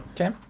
Okay